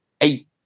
eight